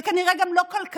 זה כנראה גם לא כלכלי